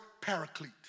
paraclete